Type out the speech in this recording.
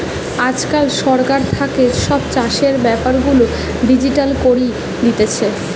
আজকাল সরকার থাকে সব চাষের বেপার গুলা ডিজিটাল করি দিতেছে